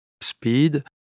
speed